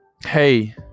hey